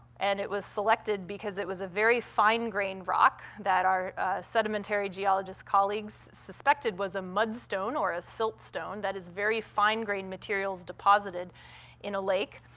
and it was selected because it was a very fine-grain rock that our sedimentary geologist colleagues suspected was a mudstone or a siltstone that is, very fine-grain materials deposited in a lake.